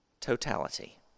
Totality